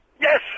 Yes